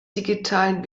digitalen